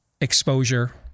exposure